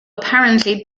apparently